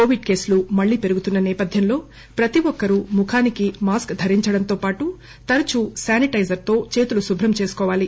Covid కేసులు మల్లీ పెరుగుతున్న నేపథ్యంలో ప్రతి ఒక్కరూ ముఖానికి మాస్క్ ధరించడంతో పాటు తరచుగా శానిటైజర్ తో చేతులు శుభ్రం చేసుకోవాలి